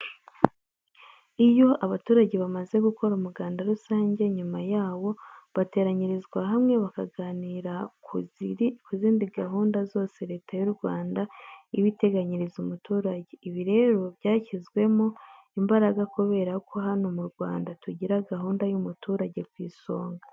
Iyo abaturage bamaze gukora umuganda rusange, nyuma yawo bateranyirizwa hamwe bakaganira ku zindi gahunda zose Leta y'u Rwanda iba iteganyiriza umuturage. Ibi rero byashyizwemo imbaraga, kubera ko hano mu Rwanda tugira gahunda y'umuturage ku isonga.